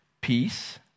peace